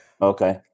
Okay